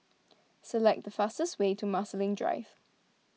select the fastest way to Marsiling Drive